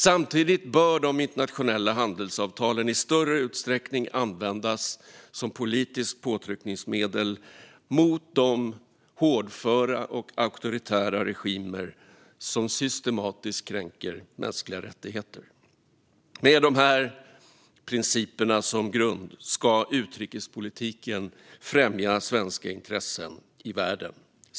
Samtidigt bör de internationella handelsavtalen i större utsträckning användas som politiska påtryckningsmedel mot de hårdföra och auktoritära regimer som systematiskt kränker mänskliga rättigheter. Med de här principerna som grund ska utrikespolitiken främja svenska intressen i världen.